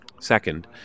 Second